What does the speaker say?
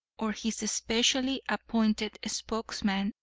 or his specially appointed spokesman,